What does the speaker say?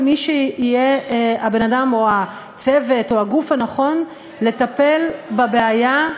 למי שיהיה הבן-אדם או הצוות או הגוף הנכון לטפל בבעיה.